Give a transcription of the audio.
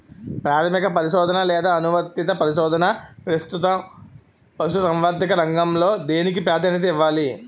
ప్రాథమిక పరిశోధన లేదా అనువర్తిత పరిశోధన? ప్రస్తుతం పశుసంవర్ధక రంగంలో దేనికి ప్రాధాన్యత ఇవ్వాలి?